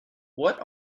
what